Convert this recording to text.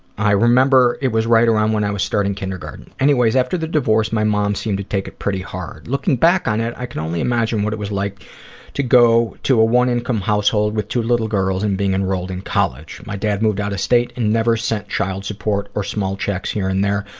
i remember it was right around when i was starting kindergarten. anyways, after the divorce, my mom seemed to take it pretty hard. looking back on it, i can only imagine what it was like to go to a one-income household with two little girls and being enrolled in college. my dad moved out of state and never sent child support or small checks here and there,